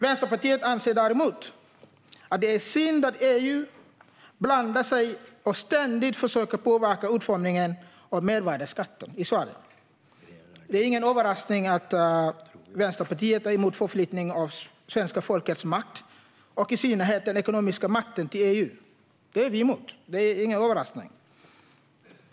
Vänsterpartiet anser däremot att det är synd att EU blandar sig i och ständigt försöker påverka utformningen av mervärdesskatten i Sverige. Det är ingen överraskning att Vänsterpartiet är emot förflyttningen av svenska folkets makt, och i synnerhet den ekonomiska makten, till EU. Det är vi emot; det är ingen överraskning.